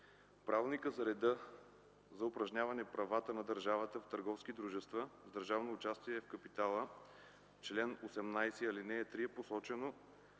Правилника за реда за упражняване правата на държавата в търговски дружества с държавно участие в капитала, в чл. 18, ал. 3 е посочено,